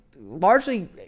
largely